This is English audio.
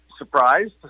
surprised